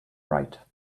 right